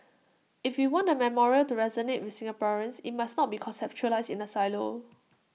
if we want the memorial to resonate with Singaporeans IT must not be conceptualised in A silo